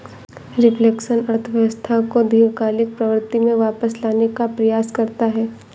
reflection अर्थव्यवस्था को दीर्घकालिक प्रवृत्ति में वापस लाने का प्रयास करता है